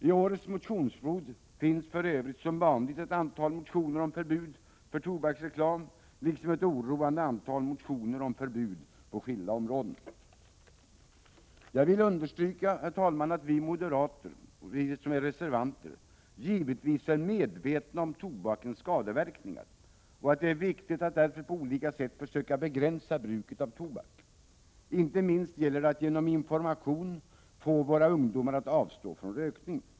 I årets motionsflod finns för övrigt som vanligt ett antal motioner om förbud för tobaksreklam liksom ett oroande antal motioner om förbud på skilda områden. Jag vill understryka att vi reservanter, dvs. moderaterna, givetvis är medvetna om tobakens skadeverkningar och att det är viktigt att därför på olika sätt försöka begränsa bruket av tobak. Inte minst gäller det att genom information få våra ungdomar att avstå från rökning.